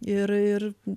ir ir